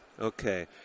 Okay